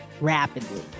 Rapidly